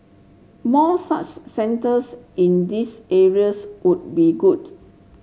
more such centres in these areas would be good